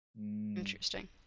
Interesting